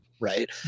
right